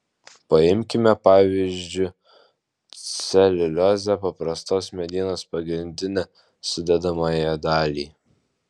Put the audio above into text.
paimkime pavyzdžiu celiuliozę paprastos medienos pagrindinę sudedamąją dalį